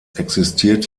existiert